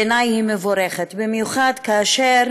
בעיני היא מבורכת, במיוחד כאשר